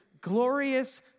glorious